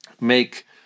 make